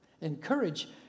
encourage